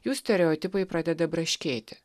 jų stereotipai pradeda braškėti